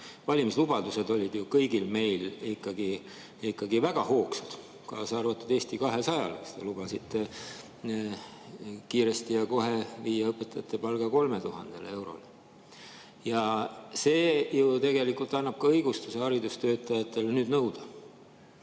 Valimislubadused olid ju kõigil meil ikkagi väga hoogsad, kaasa arvatud Eesti 200‑l. Te lubasite kiiresti ja kohe viia õpetajate palga 3000 eurole. See annab ju tegelikult ka õigustuse haridustöötajatele nüüd nõuda.